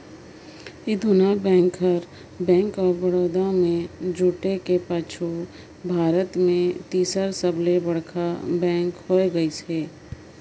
ए दुना बेंक कर bank of Baroda में जुटे कर पाछू भारत में तीसर सबले बड़खा बेंक होए गइस अहे